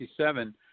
1967